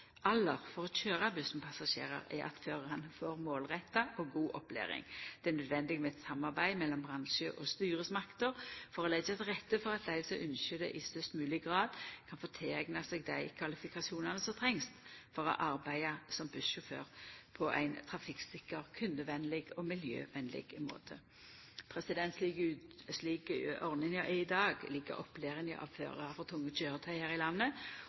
for å køyra buss med passasjerar er at førarane får målretta og god opplæring. Det er nødvendig med eit samarbeid mellom bransje og styresmakter for å leggja til rette for at dei som ynskjer det, i størst mogleg grad kan få tileigna seg dei kvalifikasjonane som trengst for å arbeida som bussjåfør på ein trafikksikker, kundevennleg og miljøvennleg måte. Slik ordninga er i dag, ligg opplæringa av førarar for tunge køyretøy her i landet